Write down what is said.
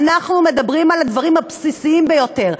אנחנו מדברים על הדברים הבסיסיים ביותר.